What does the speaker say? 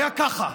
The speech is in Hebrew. היה ככה,